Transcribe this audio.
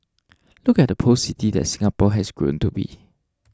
look at the post city that Singapore has grown to be